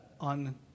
on